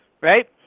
right